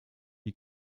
die